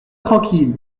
tranquille